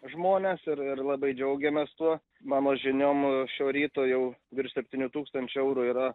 žmones ir ir labai džiaugiamės tuo mano žiniom šio ryto jau virš septynių tūkstančių eurų yra